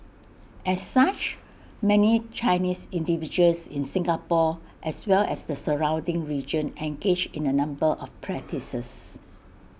as such many Chinese individuals in Singapore as well as the surrounding region engage in A number of practices